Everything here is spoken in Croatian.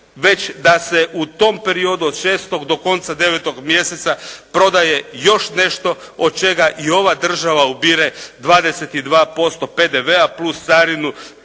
već da se u tom periodu od 6. do konca 9. mjeseca prodaje još nešto od čega i ova država ubire 22% PDV-a plus carinu,